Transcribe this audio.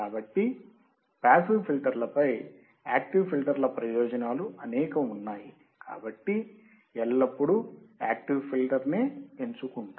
కాబట్టి పాసివ్ ఫిల్టర్లపై యాక్టివ్ ఫిల్టర్ల ప్రయోజనాలు అనేకం ఉన్నాయి కాబట్టి ఎల్లప్పుడూ యాక్టివ్ ఫిల్టర్నే ఎంచుకుంటాం